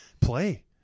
play